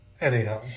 Anyhow